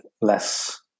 less